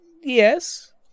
Yes